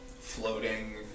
floating